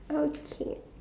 okay